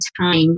time